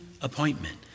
appointment